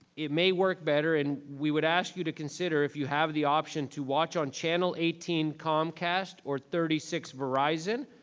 it may work better, and we would ask you to consider if you have the option to watch on channel eighteen comcast, or thirty six verizon,